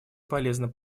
полезным